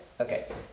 Okay